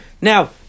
Now